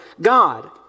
God